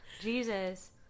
Jesus